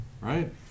right